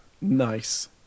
Nice